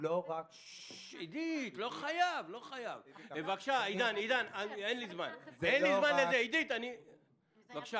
העובדה